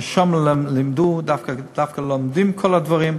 ששם דווקא לומדים את כל הדברים,